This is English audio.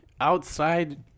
Outside